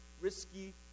risky